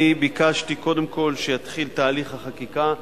ביקשתי קודם כול שיתחיל תהליך החקיקה.